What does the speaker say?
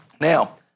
Now